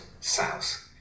south